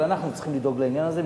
אבל אנחנו צריכים לדאוג לעניין הזה,